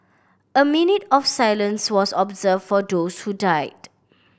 a minute of silence was observed for those who died